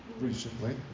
recently